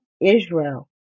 israel